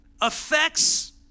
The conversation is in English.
affects